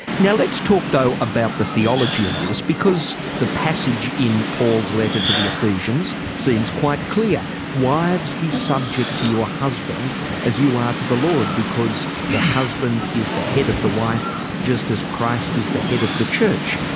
now let's talk though about the theology of this because the passage in paul's letter to the ephesians, seems quite clear wives be subject to your husband as you are to the lord because the husband is the head of the wife just as christ is the head of the church.